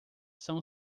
são